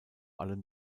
allem